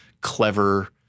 clever